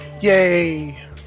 yay